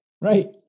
right